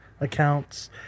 accounts